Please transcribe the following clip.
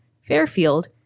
Fairfield